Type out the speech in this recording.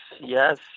yes